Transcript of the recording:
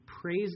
Praise